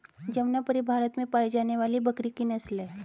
जमनापरी भारत में पाई जाने वाली बकरी की नस्ल है